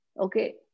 okay